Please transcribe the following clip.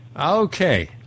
okay